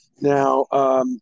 Now